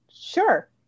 sure